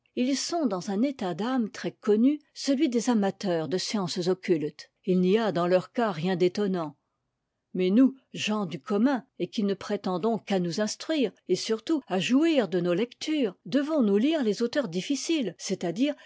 ils sont dans un état d'âme très connu celui des amateurs de sciences occultes il n'y a dans leur cas rien d'étonnant mais nous gens du commun et qui ne prétendons qu'à nous instruire et surtout à jouir de nos lectures devons-nous lire les auteurs difficiles c'est-à-dire